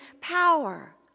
power